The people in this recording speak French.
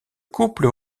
couple